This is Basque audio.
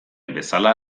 bezala